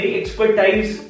expertise